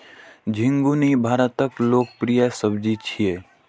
झिंगुनी भारतक लोकप्रिय सब्जी छियै